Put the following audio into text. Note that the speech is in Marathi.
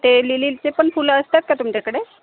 ते लिलीचे पण फुलं असतात का तुमच्याकडे